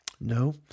No